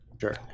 Sure